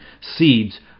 seeds